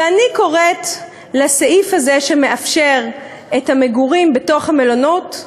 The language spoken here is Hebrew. ואני קוראת לסעיף הזה שמאפשר את המגורים בתוך המלונות: